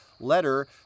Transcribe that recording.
letter